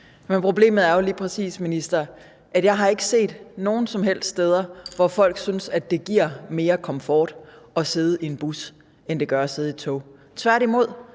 (EL): Det er jo lige præcis det, der er problemet – jeg ikke har nogen som helst steder hørt, at folk synes, at det giver mere komfort at sidde i en bus, end det gør at sidde i et tog. Tværtimod